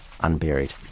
unburied